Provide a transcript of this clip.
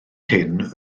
hyn